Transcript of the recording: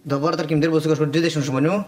dabar tarkim dirbu su kažkur dvidešimt žmonių